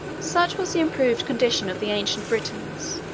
such was the improved condition of the ancient britons,